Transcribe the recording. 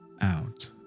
out